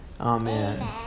Amen